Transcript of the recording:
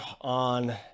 on